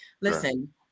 Listen